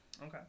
Okay